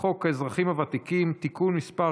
חוק האזרחים הוותיקים (תיקון מס'